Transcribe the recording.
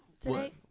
today